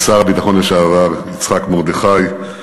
ושר הביטחון לשעבר יצחק מרדכי,